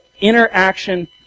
interaction